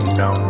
no